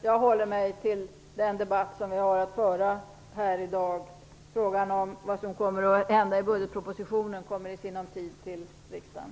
Jag håller mig nu till den debatt som har förts här i dag. Budgetpropositionens förslag kommer i sinom tid till riksdagen.